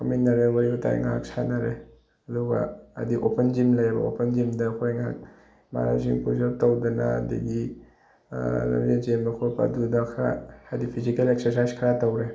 ꯀꯥꯞꯃꯤꯟꯅꯔꯦ ꯋꯥꯔꯤ ꯋꯥꯇꯥꯏ ꯉꯥꯏꯍꯥꯛ ꯁꯥꯟꯅꯔꯦ ꯑꯗꯨꯒ ꯍꯥꯏꯗꯤ ꯑꯣꯄꯟ ꯖꯤꯝ ꯂꯩꯑꯦꯕ ꯑꯣꯄꯟ ꯖꯤꯝꯗ ꯑꯩꯈꯣꯏ ꯉꯥꯏꯍꯥꯛ ꯏꯃꯥꯟꯅꯕꯁꯤꯡ ꯄꯨꯁ ꯑꯞ ꯇꯧꯗꯅ ꯑꯗꯨꯗꯒꯤ ꯂꯝꯖꯦꯟ ꯆꯦꯟꯕ ꯈꯣꯠꯄ ꯑꯗꯨꯗ ꯈꯔ ꯍꯥꯏꯗꯤ ꯐꯤꯖꯤꯀꯦꯜ ꯑꯦꯛꯁꯔꯁꯥꯏꯖ ꯈꯔ ꯇꯧꯔꯦ